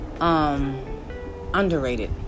underrated